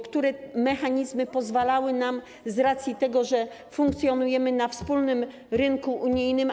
Które mechanizmy pozwalały nam na to z racji tego, że funkcjonujemy na wspólnym rynku unijnym?